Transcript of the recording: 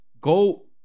go